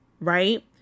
right